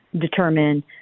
determine